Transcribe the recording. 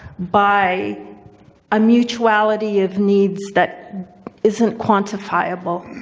by a mutuality of needs that isn't quantifiable.